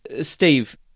Steve